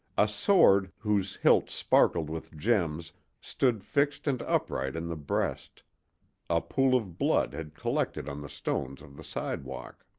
a sword whose hilt sparkled with gems stood fixed and upright in the breast a pool of blood had collected on the stones of the sidewalk.